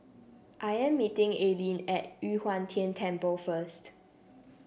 I am meeting Aylin at Yu Huang Tian Temple first